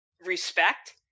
respect